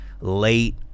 late